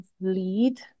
lead